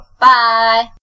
Bye